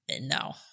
No